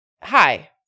hi